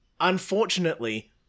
Unfortunately